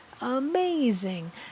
amazing